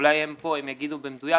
אולי הם יגידו במדויק,